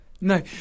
No